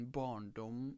barndom